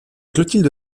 clotilde